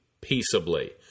peaceably